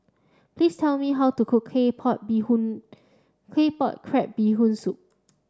please tell me how to cook Claypot Bee Hoon Claypot crab Bee Hoon soup